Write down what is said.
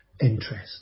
interest